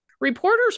Reporters